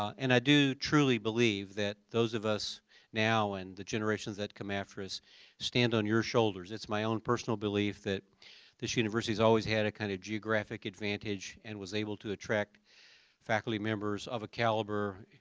and i do truly believe that those of us now and the generations that come after us stand on your shoulders. it's my own personal belief that this university has always had a kind of geographic advantage and was able to attract faculty members of caliber,